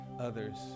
others